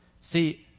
See